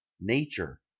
nature